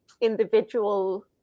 individual